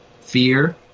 Fear